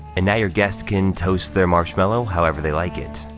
and now your guest can toast their marshmallow however they like it.